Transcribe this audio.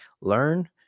learn